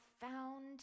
found